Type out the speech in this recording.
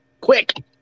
quick